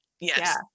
Yes